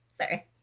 Sorry